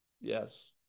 Yes